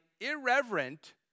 irreverent